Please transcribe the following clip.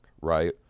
right